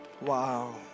Wow